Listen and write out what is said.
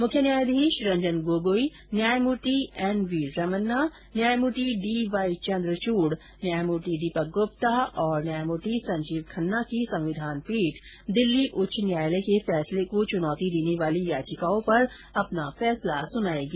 मुख्य न्यायाधीश रंजन गोगोई न्यायमूर्ति एन वी रमन्ना न्यायमूर्ति डी वाई चंद्रचूड न्यायमूर्ति दीपक गुप्ता और न्यायमूर्ति संजीव खेन्ना की संविधान पीठ दिल्ली उच्च न्यायालय के फैसले को चुनौती देने वाली याचिकाओं पर अपना फैसला सुनाएगी